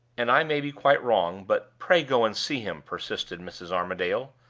and i may be quite wrong but pray go and see him, persisted mrs. armadale.